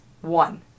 One